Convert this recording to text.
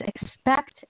expect